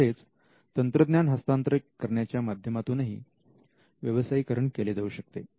तसेच तंत्रज्ञान हस्तांतर करण्याच्या माध्यमातूनही व्यवसायीकरण केले जाऊ शकते